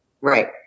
Right